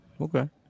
Okay